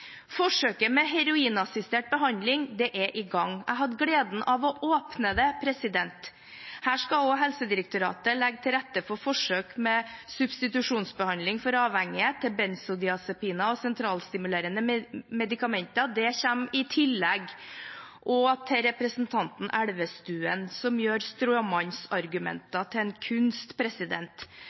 Forsøket med heroinassistert behandling er i gang. Jeg hadde gleden av å åpne det. Her skal Helsedirektoratet legge til rette for forsøk med substitusjonsbehandling for avhengige til benzodiazepiner og sentralstimulerende medikamenter. Det kommer i tillegg. Til representanten Elvestuen, som gjør stråmannsargumenter til en kunst: